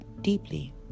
deeply